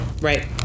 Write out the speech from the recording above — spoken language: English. Right